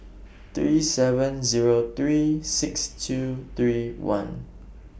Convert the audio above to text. three seven Zero three six two three one